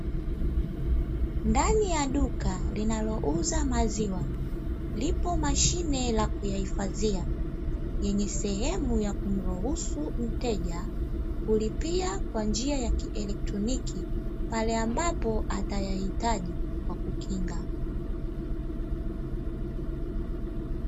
Ndani ya duka linalouza maziwa lipo mashine ya kuyahifadhia, yenye sehemu ya kumruhusu mteja kulipia kwa njia ya kielektroniki pale ambapo atayahitaji kwa kukinga.